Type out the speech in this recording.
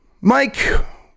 mike